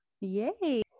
Yay